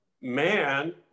man